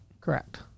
correct